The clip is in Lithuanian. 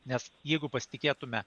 nes jeigu pasitikėtume